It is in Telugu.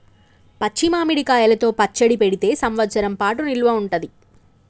పచ్చి మామిడి కాయలతో పచ్చడి పెడితే సంవత్సరం పాటు నిల్వ ఉంటది